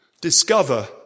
discover